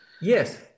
yes